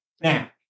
Now